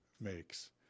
makes